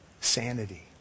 sanity